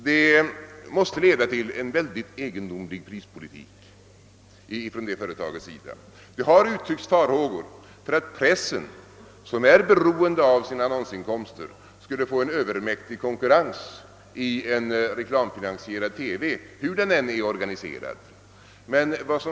Det måste leda till en mycket egendomlig prispolitik från detta företags sida. Det har uttryckts farhågor för att pressen, som är beroende av sina annonsinkomster, skulle få en övermäktig konkurrens i en reklamfinansierad TV, hur denna än är organiserad.